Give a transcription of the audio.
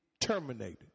terminated